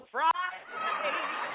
Friday